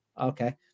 Okay